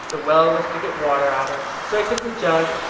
the well was to get water out of. so i took the jug,